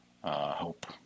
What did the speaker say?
hope